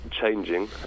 changing